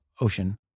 ocean